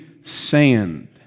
sand